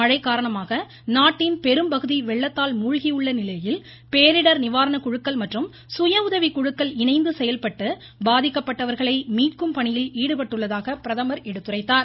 மழை காரணமாக நாட்டின் பெரும் பகுதி வெள்ளத்தால் மூழ்கியுள்ள சூழலில் பேரிடர் நிவாரண குழுக்கள் மற்றும் சுயஉதவிக்குழுக்கள் இணைந்து செயல்பட்டு பாதிக்கப்பட்டவர்களை மீட்கும் பணியில் ஈடுபட்டுள்ளதாக பிரதமர் எடுத்துரைத்தார்